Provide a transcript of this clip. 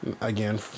again